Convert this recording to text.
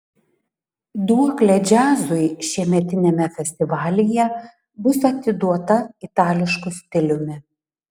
duoklė džiazui šiemetiniame festivalyje bus atiduota itališku stiliumi